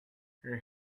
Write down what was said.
her